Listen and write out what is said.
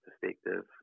perspective